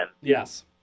Yes